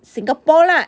Singapore lah